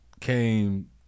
came